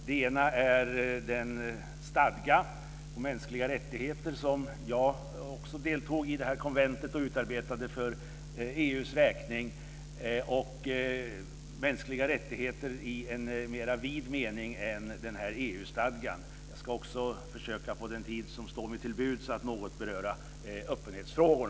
Den ena rör stadgan om mänskliga rättigheter - jag deltog i konvententet som utarbetade den för EU:s räkning - och mänskliga rättigheter i mera vid mening. Jag ska också under den tid som står mig till buds försöka att beröra öppenhetsfrågor.